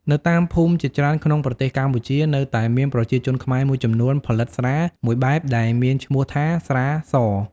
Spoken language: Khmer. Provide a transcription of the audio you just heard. នៅតាមភូមិជាច្រើនក្នុងប្រទេសកម្ពុជា នៅតែមានប្រជាជនខ្មែរមួយចំនួនផលិតស្រាមួយបែបដែលមានឈ្មោះថា ស្រា ស។